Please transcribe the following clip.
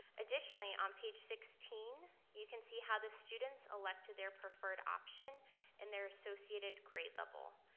additionally on page sixteen, you can see how the students elected their preferred option in their associated grade level.